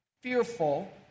fearful